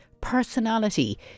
personality